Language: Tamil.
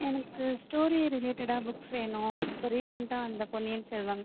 எனக்கு ஸ்டோரி ரிலேட்டடாக புக்ஸ் வேணும் இப்போ ரீசென்ட்டாக வந்த பொன்னியின் செல்வன்